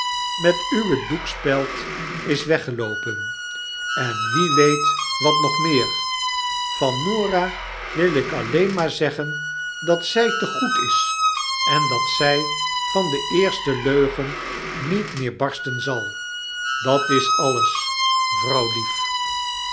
huue uwe doekspeld is weggeloopen en wie weet wat nog meer van norah wil ik alleen maar zeggen dat zy te goed is en dat zy van de eerste leugen niet meer barsten zal dat is alles vrouwlief